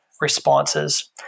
responses